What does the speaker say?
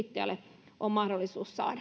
yrittäjän on mahdollisuus saada